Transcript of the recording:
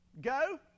go